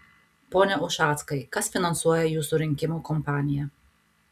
pone ušackai kas finansuoja jūsų rinkimų kompaniją